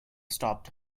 stopped